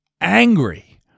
angry